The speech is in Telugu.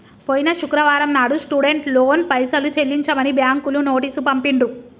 పోయిన శుక్రవారం నాడు స్టూడెంట్ లోన్ పైసలు చెల్లించమని బ్యాంకులు నోటీసు పంపిండ్రు